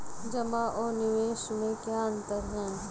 जमा और निवेश में क्या अंतर है?